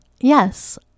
Yes